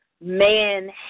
man